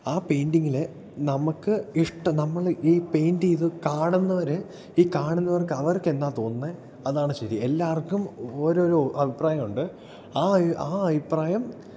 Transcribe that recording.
ആ പെയിൻറ്റിങ്ങില് നമക്ക് ഇഷ്ടം നമ്മൾ ഈ പെയിൻറ് ചെയ്ത് കാണുന്നവർ ഈ കാണുന്നവർക്ക് അവർക്ക് എന്താ തോന്നുന്നത് അതാണ് ശരി എല്ലാവർക്കും ഓരോരോ അഭിപ്രായങ്ങളുണ്ട് ആ ആ അഭിപ്രായം